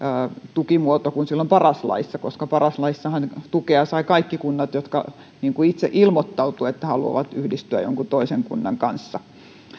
tukimuoto kuin silloin paras laissa koska paras laissahan tukea saivat kaikki kunnat jotka itse ilmoittautuivat että haluavat yhdistyä jonkin toisen kunnan kanssa